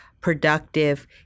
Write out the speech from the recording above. productive